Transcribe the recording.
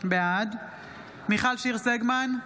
בעד מיכל שיר סגמן,